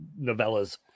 novellas